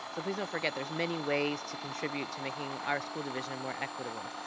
so please don't forget there's many ways to contribute to making our school division more equitable.